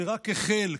שרק החל,